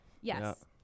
Yes